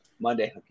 Monday